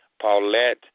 Paulette